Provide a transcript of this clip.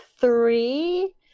three